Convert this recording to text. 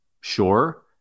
Sure